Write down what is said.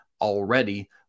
already